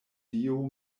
dio